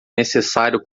necessário